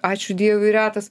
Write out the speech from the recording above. ačiū dievui retas